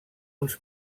uns